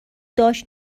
داشت